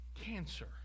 cancer